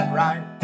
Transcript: right